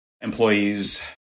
employees